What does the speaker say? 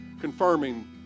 confirming